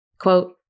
quote